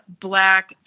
black